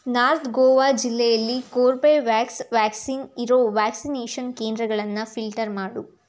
north Goa ಜಿಲ್ಲೆಯಲ್ಲಿ Corbevax vaccine ಇರೋ vaccination ಕೇಂದ್ರಗಳನ್ನು ಫಿಲ್ಟರ್ ಮಾಡು